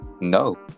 No